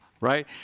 right